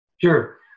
Sure